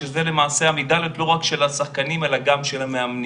שזה למעשה המדליות לא רק של השחקנים אלא גם של המאמנים.